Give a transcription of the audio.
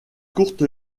courte